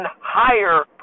higher